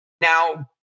Now